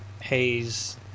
haze